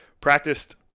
Practiced